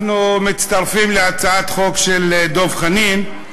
אנחנו מצטרפים להצעת החוק של דב חנין.